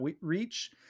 Reach